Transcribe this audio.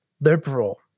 liberal